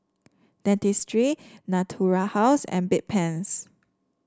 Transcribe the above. Dentiste Natura House and Bedpans